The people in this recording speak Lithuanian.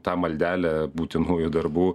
tą maldelę būtinųjų darbų